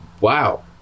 Wow